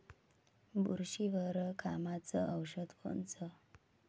बुरशीवर कामाचं औषध कोनचं?